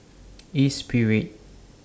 Espirit